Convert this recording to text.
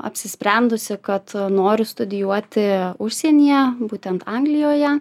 apsisprendusi kad noriu studijuoti užsienyje būtent anglijoje